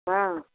हाँ